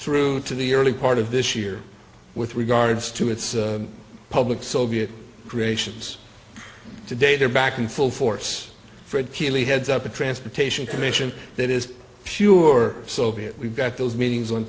through to the early part of this year with regards to its public sylvia creations today they're back in full force fred keeley heads up a transportation commission that is pure so be it we've got those meetings on